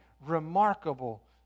remarkable